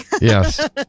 Yes